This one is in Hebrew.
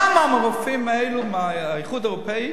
למה מהרופאים האלה מהאיחוד האירופי,